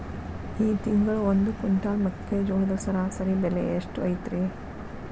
ಈ ತಿಂಗಳ ಒಂದು ಕ್ವಿಂಟಾಲ್ ಮೆಕ್ಕೆಜೋಳದ ಸರಾಸರಿ ಬೆಲೆ ಎಷ್ಟು ಐತರೇ?